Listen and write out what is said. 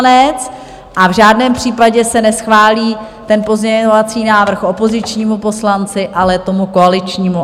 A v žádném případě se neschválí pozměňovací návrh opozičnímu poslanci, ale tomu koaličnímu.